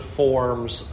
forms